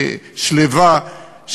שלווה,